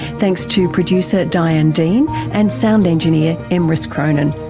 thanks to producer diane dean and sound engineer emrys cronin.